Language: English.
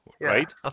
Right